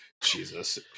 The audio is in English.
Jesus